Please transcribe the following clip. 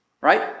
Right